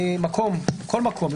כל מקום,